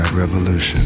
revolution